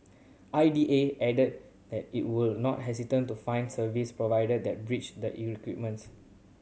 I D A added that it will not hesitate to fine service provider that breach the requirements